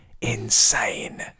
insane